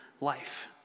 life